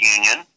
Union